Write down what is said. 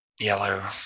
Yellow